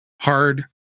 Hard